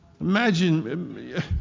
Imagine